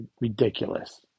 Ridiculous